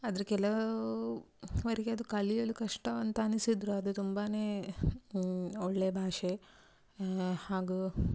ಆದರೆ ಕೆಲವು ವರಿಗೆ ಅದು ಕಲಿಯಲು ಕಷ್ಟ ಅಂತ ಅನಿಸಿದರು ಅದು ತುಂಬಾ ಒಳ್ಳೆಯ ಭಾಷೆ ಹಾಗೂ